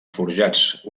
forjats